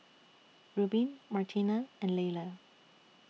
Rubin Martina and Laylah